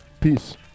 Peace